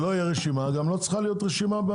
שלא תהיה רשימה,